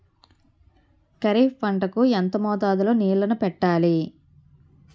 ఖరిఫ్ పంట కు ఎంత మోతాదులో నీళ్ళని పెట్టాలి?